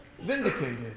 vindicated